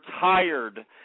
tired